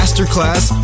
Masterclass